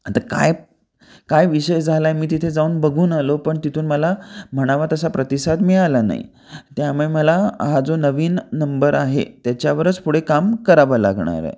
आता काय काय विषय झाला आहे मी तिथे जाऊन बघून आलो पण तिथून मला म्हणावा तसा प्रतिसाद मिळाला नाही त्यामुळे मला हा जो नवीन नंबर आहे त्याच्यावरच पुढे काम करावं लागणार आहे